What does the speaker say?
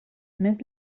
més